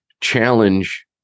challenge